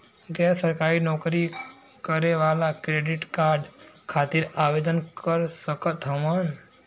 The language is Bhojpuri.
गैर सरकारी नौकरी करें वाला क्रेडिट कार्ड खातिर आवेदन कर सकत हवन?